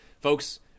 folks